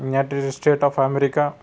united state of America